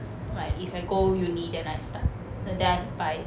like if I go uni then I start the~ then I buy